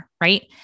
right